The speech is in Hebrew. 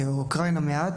מאוקראינה מעט